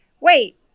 wait